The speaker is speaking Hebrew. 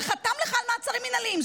שחתם לך על מעצרים מינהליים.